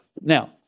now